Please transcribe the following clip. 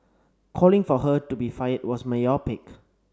calling for her to be fired was myopic